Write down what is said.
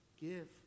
give